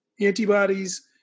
antibodies